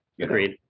Agreed